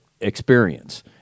experience